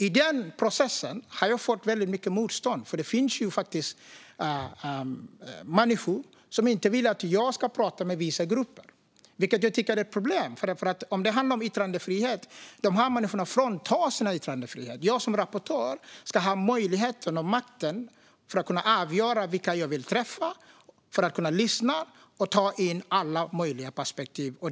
I denna process har jag fått väldigt mycket motstånd. Det finns nämligen människor som inte vill att jag ska prata med vissa grupper, vilket är ett problem för i så fall fråntas de sin yttrandefrihet. Jag som rapportör ska ha möjlighet och makt att avgöra vilka jag vill träffa för att kunna lyssna till dem och ta in alla möjliga perspektiv.